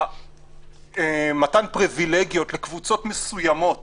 מתן פריווילגיות לקבוצות מסוימות